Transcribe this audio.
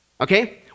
okay